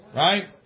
right